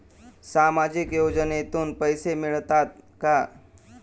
सामाजिक योजनेतून पैसे मिळतात का?